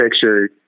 picture